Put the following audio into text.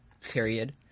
period